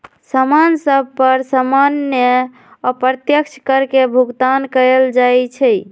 समान सभ पर सामान्य अप्रत्यक्ष कर के भुगतान कएल जाइ छइ